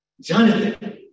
Jonathan